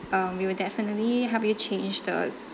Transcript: um we will definitely help you change the